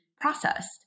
processed